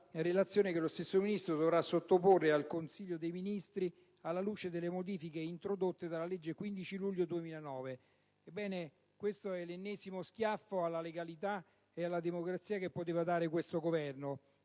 relazione che lo stesso ministro Maroni dovrà sottoporre al Consiglio dei ministri, alla luce delle modifiche introdotte dalla legge 15 luglio 2009, n. 94. Questo è l'ennesimo schiaffo alla legalità e alla democrazia che poteva dare questo Governo.